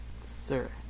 Sir